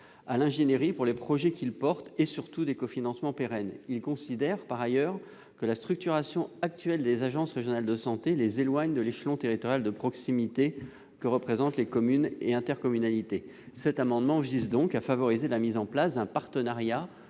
à l'ingénierie pour les projets qu'ils portent et, surtout, des cofinancements pérennes. Ils considèrent, par ailleurs, que la structuration actuelle des ARS les éloigne de l'échelon territorial de proximité que représentent les communes et les intercommunalités. Cet amendement vise donc à favoriser la mise en place d'un partenariat